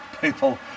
people